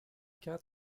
cat